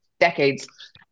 Decades